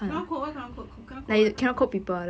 cannot quote why cannot quote cannot quote [what]